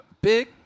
Big